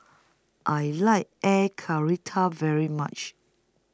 I like Air Karthira very much